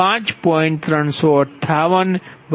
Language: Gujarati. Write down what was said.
358 છે